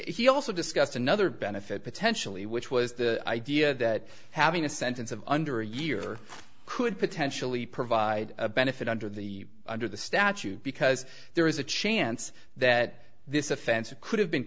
he also discussed another benefit potentially which was the idea that having a sentence of under a year could potentially provide a benefit under the under the statute because there is a chance that this offensive could have been